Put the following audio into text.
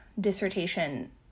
dissertation